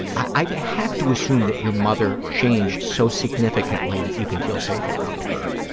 i have to assume that your mother changed so significantly that you can feel safe around her